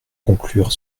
conclure